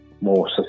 more